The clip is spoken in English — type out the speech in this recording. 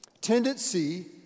tendency